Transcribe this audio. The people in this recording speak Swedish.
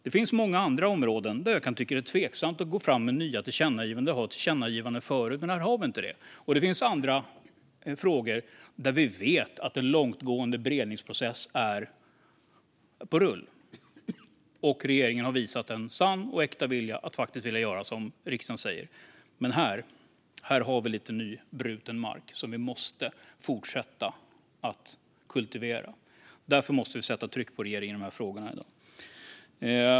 Det finns många andra områden där det är tveksamt att gå fram med nya tillkännagivanden där det finns tillkännagivanden förut, men här finns det inte det. Det finns andra frågor där vi vet att en långtgående beredningsprocess är på rull och där regeringen har visat en sann vilja att göra som riksdagen säger. Men här har vi nybruten mark som vi måste fortsätta att kultivera, och därför måste vi sätta tryck på regeringen i dessa frågor.